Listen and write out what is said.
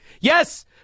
yes